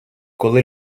коли